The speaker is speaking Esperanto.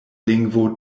lingvo